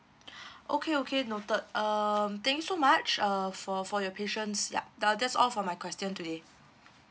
okay okay noted um thank you so much uh for for your patience yup uh that's all for my question today